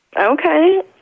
Okay